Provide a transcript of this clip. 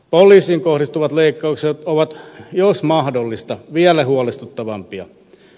poliisiin kohdistuvat leikkaukset ovat jos mahdollista vielä huolestuttavampia